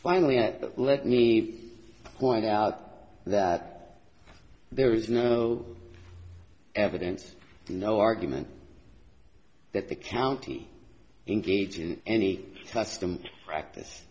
finally let me point out that there was no evidence no argument that the county engage in any custom practice